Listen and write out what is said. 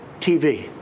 TV